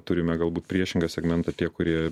turime galbūt priešingą segmentą tie kurie